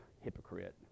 hypocrite